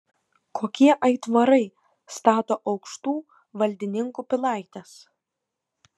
kokie aitvarai stato aukštų valdininkų pilaites